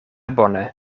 bone